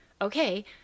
okay